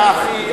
יא אחי,